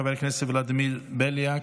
חבר הכנסת ולדימיר בליאק,